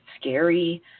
scary